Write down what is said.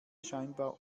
scheinbar